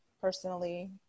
personally